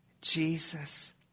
Jesus